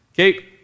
Okay